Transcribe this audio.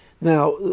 Now